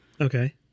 Okay